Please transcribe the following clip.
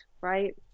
Right